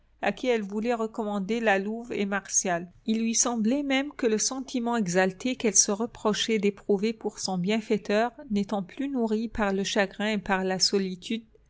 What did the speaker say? à qui elle voulait recommander la louve et martial il lui semblait même que le sentiment exalté qu'elle se reprochait d'éprouver pour son bienfaiteur n'étant plus nourri par le chagrin et par la solitude